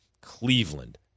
Cleveland